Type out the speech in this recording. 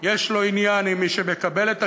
יש לו עניין עם מי שמקבל את השידור,